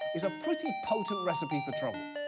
is a pretty potent recipe for trouble.